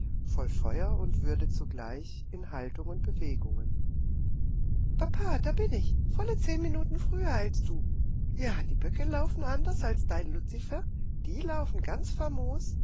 voll feuer und würde zugleich in haltung und bewegungen papa da bin ich volle zehn minuten früher als du ja die böcke laufen anders als dein luzifer die laufen ganz famos